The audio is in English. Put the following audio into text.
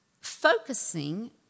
focusing